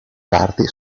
parti